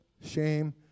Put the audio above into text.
shame